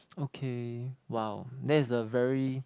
okay !wow! that's a very